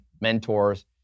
mentors